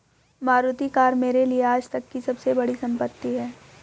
Maruti car मेरे लिए आजतक की सबसे बड़ी संपत्ति है